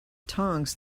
tongs